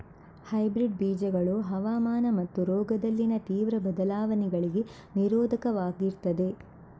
hybrid ಬೀಜಗಳು ಹವಾಮಾನ ಮತ್ತು ರೋಗದಲ್ಲಿನ ತೀವ್ರ ಬದಲಾವಣೆಗಳಿಗೆ ನಿರೋಧಕವಾಗಿರ್ತದೆ